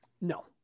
No